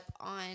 on